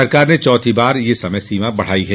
सरकार ने चौथी बार समयसीमा बढ़ाई है